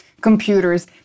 computers